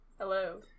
Hello